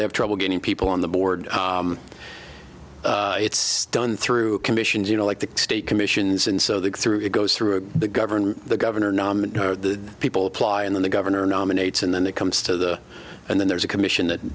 they have trouble getting people on the board it's done through commissions you know like the state commissions and so they go through it goes through the governor the governor the people apply and then the governor nominates and then it comes to the and then there's a commission that